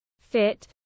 fit